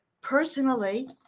personally